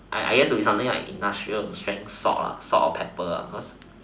I I guess would be something like industrial strength salt salt or pepper